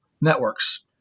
networks